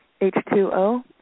H2O